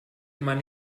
man